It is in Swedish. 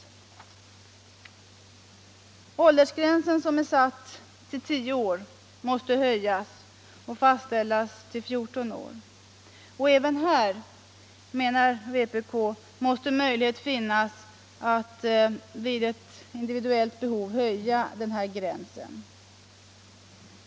Föräldraförsäkring Åldersgränsen som är satt till 10 år måste höjas och fastställas till — em m.m. 14 år. Även här måste enligt vpk:s mening möjlighet finnas att vid individuellt behov höja denna gräns.